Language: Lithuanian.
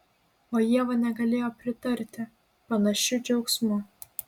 o ieva negalėjo pritarti panašiu džiaugsmu